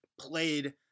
played